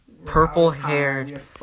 Purple-haired